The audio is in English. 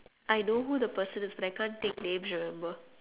I know who the person is but I can't take names remember